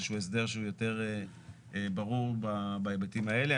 שהוא הסדר שהוא יותר ברור בהיבטים האלה.